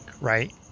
right